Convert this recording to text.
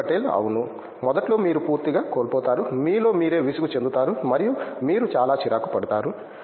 భక్తి పటేల్ అవును మొదట్లో మీరు పూర్తిగా కోల్పోతారు మీలో మీరే విసుగు చెందుతారు మరియు మీరు చాలా చిరాకు పడతారు